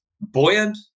buoyant